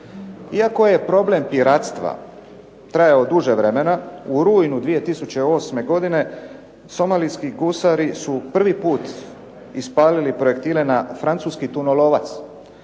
Iako je problem piratstva trajao duže vremena u rujnu 2008. godine somalijski gusari su prvi put ispalili projektile na francuski tunolovac